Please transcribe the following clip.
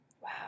Wow